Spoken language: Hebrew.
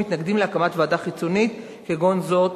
מתנגדים להקמת ועדה חיצונית כגון זאת,